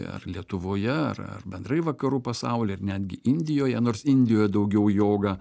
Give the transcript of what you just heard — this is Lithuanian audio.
ar lietuvoje ar ar bendrai vakarų pasauly netgi indijoje nors indijoje daugiau joga